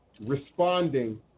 responding